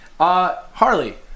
Harley